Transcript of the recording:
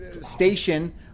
Station